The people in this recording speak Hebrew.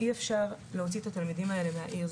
אי אפשר להוציא את התלמידים האלו מהעיר,